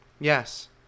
Yes